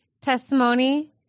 testimony